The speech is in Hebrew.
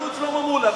תשאלו את שלמה מולה.